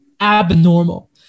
abnormal